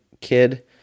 kid